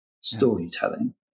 storytelling